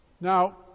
Now